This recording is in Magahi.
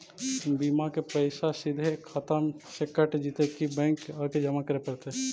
बिमा के पैसा सिधे खाता से कट जितै कि बैंक आके जमा करे पड़तै?